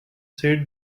said